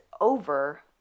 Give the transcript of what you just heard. over